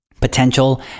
potential